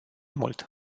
mult